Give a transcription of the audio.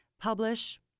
publish